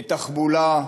בתחבולה.